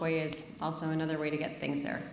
boy is also another way to get things